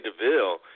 Deville